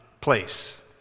place